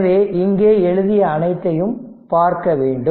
எனவே இங்கே எழுதிய அனைத்தையும் பார்க்க வேண்டும்